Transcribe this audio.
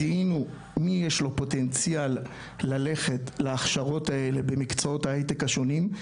זיהינו מי יש לו פוטנציאל ללכת להכשרות במקצועות ההייטק השונים,